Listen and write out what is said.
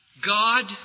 God